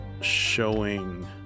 showing